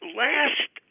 last